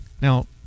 Now